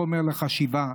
חומר למחשבה: